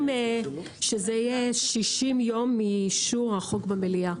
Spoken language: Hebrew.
שזה יהיה 60 יום מאישור החוק במליאה.